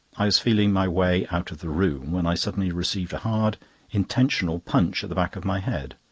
i was feeling my way out of the room, when i suddenly received a hard intentional punch at the back of my head.